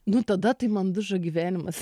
nu tada tai man dužo gyvenimas